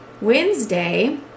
Wednesday